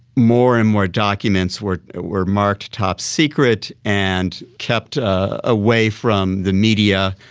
more and more documents were were marked top secret and kept ah away from the media.